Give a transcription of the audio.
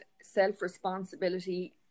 self-responsibility